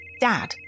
Dad